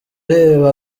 reba